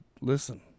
listen